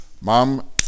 Mom